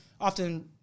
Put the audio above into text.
often